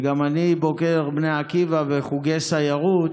גם אני בוגר בני עקיבא וחוגי סיירות.